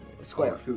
square